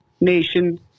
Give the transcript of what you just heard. nation